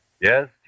Yes